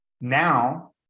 Now